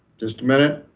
just a minute.